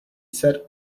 said